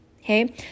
Okay